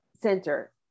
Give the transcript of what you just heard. center